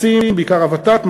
בעיקר הוות"ת,